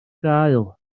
gael